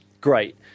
great